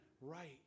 right